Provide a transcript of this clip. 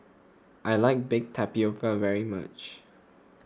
I like Baked Tapioca very much